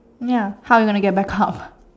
ya how you gonna get back up